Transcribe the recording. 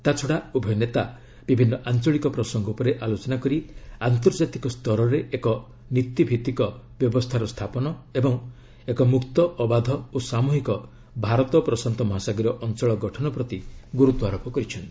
ତାଛଡ଼ା ଉଭୟ ନେତା ବିଭିନ୍ନ ଆଞ୍ଚଳିକ ପ୍ରସଙ୍ଗ ଉପରେ ଆଲୋଚନା କରି ଆନ୍ତର୍ଜାତିକ ସ୍ତରରେ ଏକ ନୀତି ଭିଭିକ ବ୍ୟବସ୍ଥାର ସ୍ଥାପନ ଏବଂ ଏକ ମୁକ୍ତ ଅବାଧ ଓ ସାମୃହିକ ଭାରତ ପ୍ରଶାନ୍ତ ମହାସାଗରୀୟ ଅଞ୍ଚଳ ଗଠନ ପ୍ରତି ଗୁରୁତ୍ୱାରୋପ କରିଛନ୍ତି